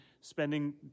spending